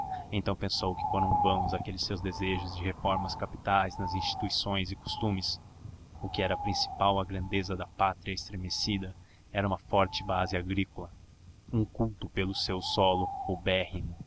então pensou que foram vãos aqueles seus desejos de reformas capitais nas instituições e costumes o que era principal à grandeza da pátria estremecida era uma forte base agrícola um culto pelo seu solo